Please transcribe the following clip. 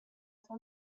sua